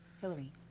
Hillary